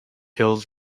hills